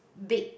big